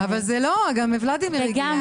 וגם ולדימיר אתנו תומך.